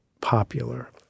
popular